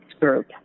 Group